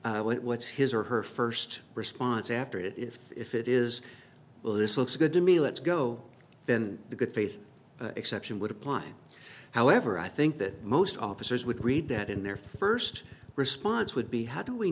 what's his or her first response after it if if it is well this looks good to me let's go in the good faith exception would apply however i think that most officers would read that in their first response would be how do we